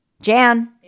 Jan